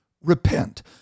repent